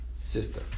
sister